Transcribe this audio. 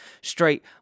straight